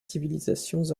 civilisations